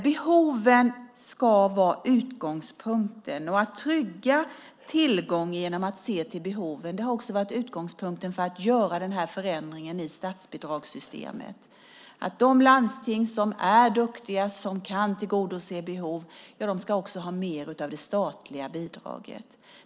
Behoven ska vara utgångspunkten, och att trygga tillgången genom att se till behoven har också varit utgångspunkten för att göra denna förändring i statsbidragssystemet. De landsting som är duktiga och som kan tillgodose behov ska också ha mer av det statliga bidraget.